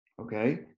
okay